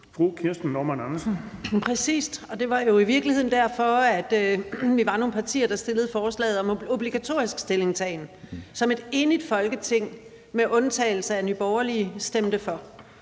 det var jo i virkeligheden derfor, vi var nogle partier, der fremsatte forslaget om obligatorisk stillingtagen, som et enigt Folketing med undtagelse af Nye Borgerlige stemte for.